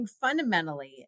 fundamentally